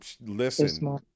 listen